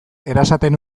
erasaten